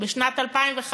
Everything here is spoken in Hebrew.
ובשנת 2015,